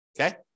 Okay